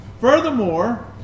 Furthermore